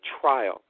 trial